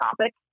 topic